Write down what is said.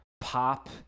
pop